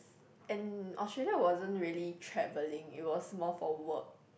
and Australia wasn't really travelling it was more for work